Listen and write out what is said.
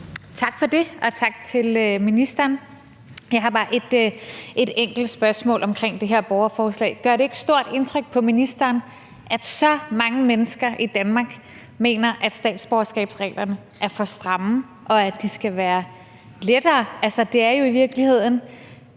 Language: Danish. Tak for det, og tak til ministeren. Jeg har bare et enkelt spørgsmål omkring det her borgerforslag. Gør det ikke stort indtryk på ministeren, at så mange mennesker i Danmark mener, at statsborgerskabsreglerne er for stramme, og at det skal gøres lettere? Altså, det er jo i virkeligheden